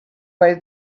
way